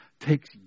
takes